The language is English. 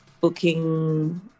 booking